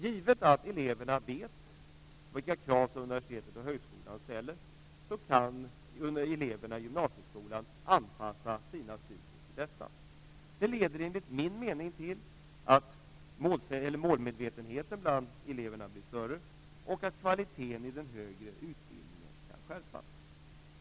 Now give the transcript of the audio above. Givet att eleverna vet vilka krav som universitetet och högskolan ställer kan eleverna i gymnasieskolan anpassa sina studier till detta. Det leder enligt min mening till att målmedvetenheten bland eleverna blir större och att kvaliteten i den högre utbildningen kan skärpas.